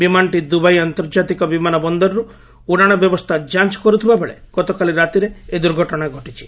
ବିମାନଟି ଦୁବାଇ ଆନ୍ତର୍ଜାତିକ ବିମାନ ବନ୍ଦରରୁ ଉଡ଼ାଣ ବ୍ୟବସ୍ଥା ଯାଞ୍ଚ କରୁଥିବାବେଳେ ଗତକାଲି ରାତିରେ ଏହି ଦୂର୍ଘଟଣା ଘଟିଛି